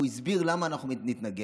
הוא הסביר למה אנחנו נתנגד.